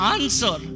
Answer